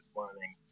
learning